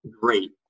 Great